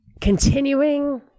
continuing